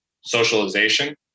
socialization